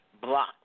block